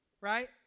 right